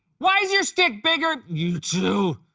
why is your stick bigger! you two!